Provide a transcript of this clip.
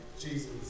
jesus